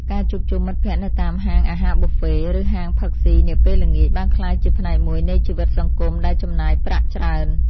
ការជួបជុំមិត្តភក្តិនៅតាមហាងអាហារប៊ូហ្វេ ឬហាងផឹកស៊ីនាពេលល្ងាចបានក្លាយជាផ្នែកមួយនៃជីវិតសង្គមដែលចំណាយប្រាក់ច្រើន។